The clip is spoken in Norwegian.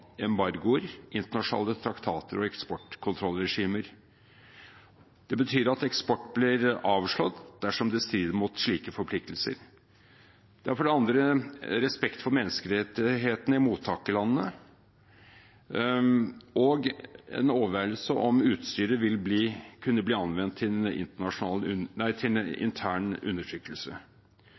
embargoer, internasjonale traktater og eksportkontrollregimer. Det betyr at eksport blir avslått dersom den strider mot slike forpliktelser. Det er videre respekt for menneskerettighetene i mottakerlandene – det overveies om utstyret vil kunne bli anvendt til